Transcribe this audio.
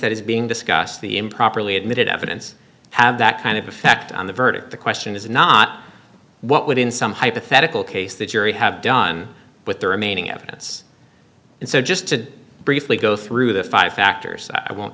that is being discussed the improperly admitted evidence have that kind of effect on the verdict the question is not what would in some hypothetical case the jury have done with the remaining evidence and so just to briefly go through the five